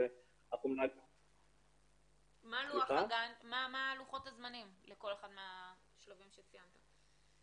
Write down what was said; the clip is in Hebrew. מה לוחות הזמנים לכול אחד מהשלבים שציינת?